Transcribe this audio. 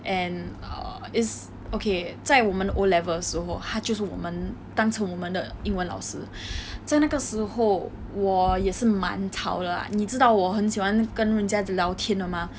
and err is okay 在我们 O levels 的时候她就是我们当时我们的英文老师在那个时候我也是蛮吵的 lah 你知道我很喜欢跟人家聊天的 mah